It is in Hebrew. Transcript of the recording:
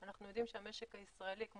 אנחנו יודעים שהמשק הישראלי הוא